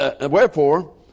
wherefore